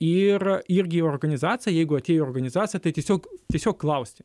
ir irgi organizacija jeigu atėjo į organizacija tai tiesiog tiesiog klausti